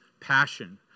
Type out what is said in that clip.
passion